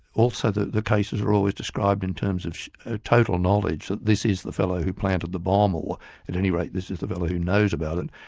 also that the cases are always described in terms of ah total knowledge that this is the fellow who planted the bomb, or at any rate this is the fellow who knows about it,